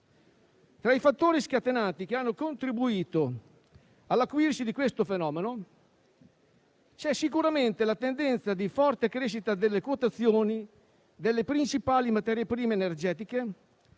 Tra i fattori scatenanti che hanno contribuito all'acuirsi di questo fenomeno vi è sicuramente la tendenza di forte crescita delle quotazioni delle principali materie prime energetiche,